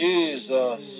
Jesus